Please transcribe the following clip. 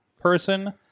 person